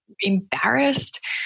Embarrassed